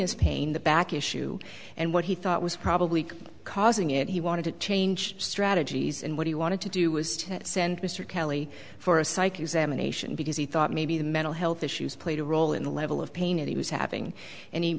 his pain the back issue and what he thought was probably causing it he wanted to change strategies and what he wanted to do was to send mr kelley for a psych examination because he thought maybe the mental health issues played a role in the level of pain he was having and he